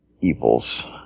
evils